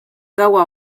gaua